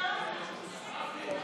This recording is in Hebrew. חברות וחברי הכנסת, חבר הכנסת סעדי,